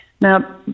Now